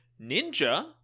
Ninja